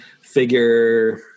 figure